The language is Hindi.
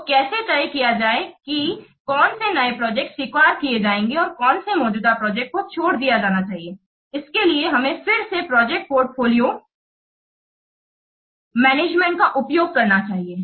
तो कैसे तय किया जाए कि कौन से नए प्रोजेक्ट स्वीकार किये जाने चाहिए और कौन सी मौजूदा प्रोजेक्ट को छोड़ दिया जाना चाहिए इसके लिए हमें फिर से प्रोजेक्ट पोर्टफोलियो मैनेजमेंट का उपयोग करना चाहिए